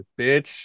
bitch